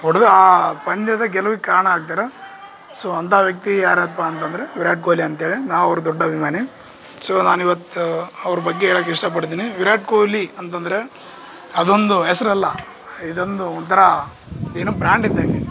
ಹೊಡ್ದು ಆ ಪಂದ್ಯದ ಗೆಲುವಿಗೆ ಕಾರಣ ಆಗ್ತಾರ ಸೋ ಅಂತ ವ್ಯಕ್ತಿ ಯಾರಪ್ಪ ಅಂತಂದ್ರೆ ವಿರಾಟ್ ಕೊಹ್ಲಿ ಅಂತೇಳಿ ನಾ ಅವ್ರ ದೊಡ್ಡ ಅಭಿಮಾನಿ ಸೋ ನಾನು ಇವತ್ತು ಅವ್ರ ಬಗ್ಗೆ ಹೇಳೊಕ್ ಇಷ್ಟ ಪಡ್ತೀನಿ ವಿರಾಟ್ ಕೊಹ್ಲಿ ಅಂತಂದರೆ ಅದೊಂದು ಹೆಸರಲ್ಲ ಇದೊಂದು ಒಂಥರ ಏನು ಬ್ರ್ಯಾಂಡ್ ಇದ್ದಂಗೆ